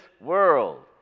world